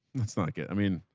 that's not good. i mean,